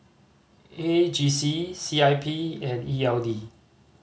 A G C C I P and E L D